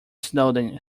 snowden